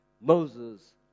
Moses